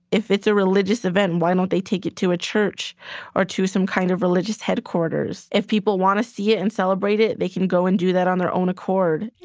if it's a religious event, why don't they take it to a church or to some kind of religious headquarters? if people want to see it and celebrate it, they can go and do that on their own accord